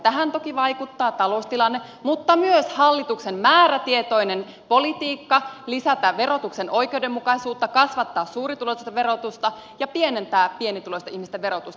tähän toki vaikuttaa taloustilanne mutta myös hallituksen määrätietoinen politiikka lisätä verotuksen oikeudenmukaisuutta kasvattaa suurituloisten verotusta ja pienentää pienituloisten ihmisten verotusta